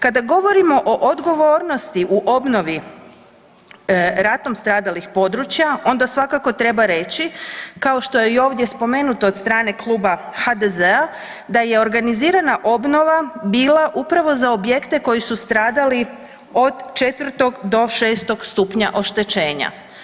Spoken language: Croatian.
Kada govorimo o odgovornosti u obnovi ratnom stradalih područja onda svakako treba reći kao što je i ovdje spomenuto od strane Kluba HDZ-a da je organizirana obnova bila upravo za objekte koji su stradali od 4. do 6. stupnja oštećenja.